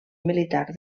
militar